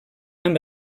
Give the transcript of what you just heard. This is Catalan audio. amb